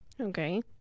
Okay